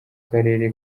karere